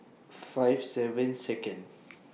five seven Second